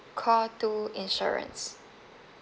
call two insurance